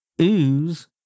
Ooze